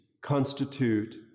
constitute